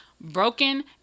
broken